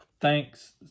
Thanks